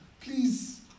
please